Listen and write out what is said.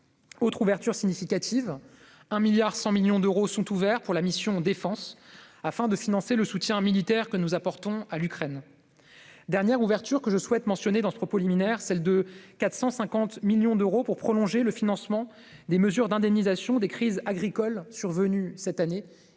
Autre ouverture significative de crédits : 1,1 milliard d'euros pour la mission « Défense » afin de financer le soutien militaire que nous apportons à l'Ukraine. Dernière ouverture de crédits que je souhaite mentionner dans ce propos liminaire : celle de 450 millions d'euros pour prolonger le financement des mesures d'indemnisation des crises agricoles survenues cette année.